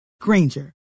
Granger